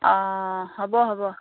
অঁ হ'ব হ'ব